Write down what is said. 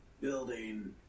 building